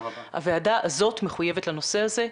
הוועדה הזאת מחויבת לנושא הזה,